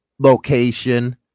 location